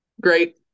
Great